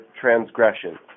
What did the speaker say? transgression